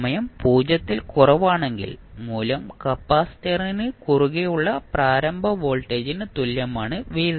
സമയം 0 ൽ കുറവാണെങ്കിൽ മൂല്യം കപ്പാസിറ്ററിന് കുറുകെയുള്ള പ്രാരംഭ വോൾട്ടേജിന് തുല്യമാണ് v0